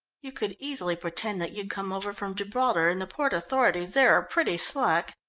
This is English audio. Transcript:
you could easily pretend that you'd come over from gibraltar, and the port authorities there are pretty slack.